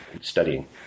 studying